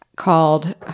called